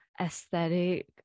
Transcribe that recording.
aesthetic